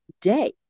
day